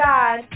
God